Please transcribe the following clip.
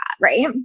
Right